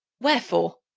wherefore?